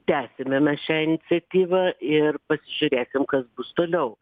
tęsime mes šią iniciatyvą ir pasižiūrėsim kas bus toliau